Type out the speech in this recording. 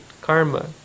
karma